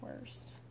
worst